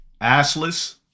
assless